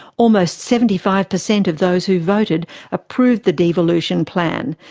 almost seventy five per cent of those who voted approved the devolution plan,